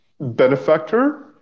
benefactor